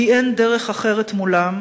כי אין דרך אחרת מולם,